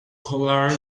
collared